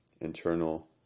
internal